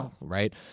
right